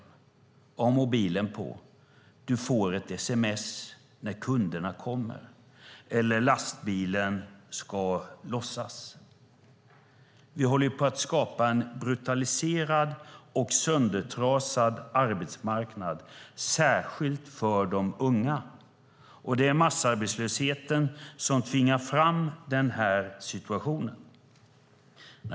De ska då ha mobilen på och får ett sms när kunderna kommer eller lastbilen ska lossas. Vi håller på att skapa en brutaliserad och söndertrasad arbetsmarknad, särskilt för de unga. Det är massarbetslösheten som tvingar fram denna situation.